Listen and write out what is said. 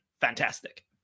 fantastic